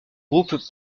groupe